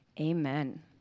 Amen